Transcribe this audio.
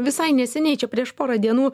visai neseniai čia prieš pora dienų